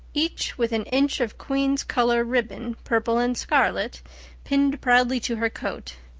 each with an inch of queen's color ribbon purple and scarlet pinned proudly to her coat.